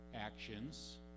actions